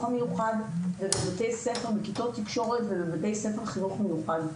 המיוחד ובבתי ספר בכיתות תקשורת ובבתי ספר לחינוך מיוחד.